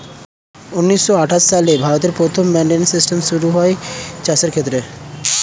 ঊন্নিশো আটাশ সালে ভারতে প্রথম মান্ডি সিস্টেম শুরু হয় চাষের ক্ষেত্রে